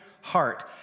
heart